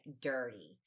dirty